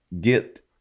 get